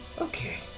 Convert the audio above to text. Okay